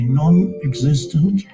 non-existent